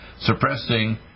suppressing